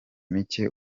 mike